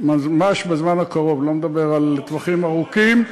ממש בזמן הקרוב, לא מדבר על טווחים ארוכים,